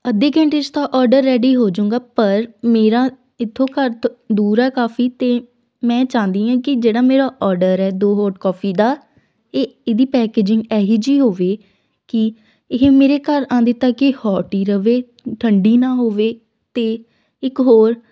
ਅੱਧੇ ਘੰਟੇ 'ਚ ਤਾਂ ਔਡਰ ਰੇਡੀ ਹੋ ਜੂੰਗਾ ਪਰ ਮੇਰਾ ਇੱਥੋਂ ਘਰ ਤ ਦੂਰ ਹੈ ਕਾਫੀ ਅਤੇ ਮੈਂ ਚਾਹੁੰਦੀ ਹਾਂ ਕਿ ਜਿਹੜਾ ਮੇਰਾ ਔਡਰ ਹੈ ਦੋ ਹੋਟ ਕੋਫੀ ਦਾ ਇਹ ਇਹਦੀ ਪੈਕਜਿੰਗ ਇਹੋ ਜਿਹੀ ਹੋਵੇ ਕਿ ਇਹ ਮੇਰੇ ਘਰ ਆਉਂਦੇ ਤੱਕ ਹੀ ਹੋਟ ਹੀ ਰਹੇ ਠੰਡੀ ਨਾ ਹੋਵੇ ਅਤੇ ਇੱਕ ਹੋਰ